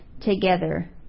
together